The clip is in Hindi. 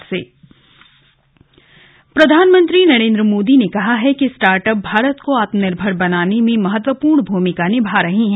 स्टार्टअप प्रधानमंत्री नरेन्द्र मोदी ने कहा है कि स्टार्टअप भारत को आत्मनिर्भर बनाने में महत्वपूर्ण भूमिका निभा रहे हैं